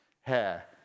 hair